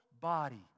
body